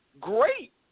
great